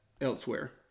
elsewhere